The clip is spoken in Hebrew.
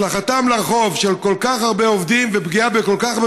השלכתם לרחוב של כל כך הרבה עובדים ופגיעה בכל כך הרבה